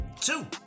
Two